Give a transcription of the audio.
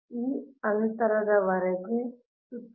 ಆದ್ದರಿಂದ ಇದು ವೃತ್ತಾಕಾರದ ಮಾರ್ಗವಾಗಿದೆ